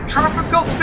Tropical